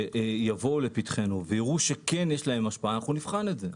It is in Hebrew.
שיביאו לפתחנו ויראו שכן יש להם השפעה אנחנו נבחן את זה,